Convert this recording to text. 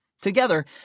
Together